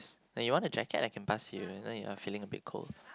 do you want a jacket I can pass you i know you are feeling a bit cold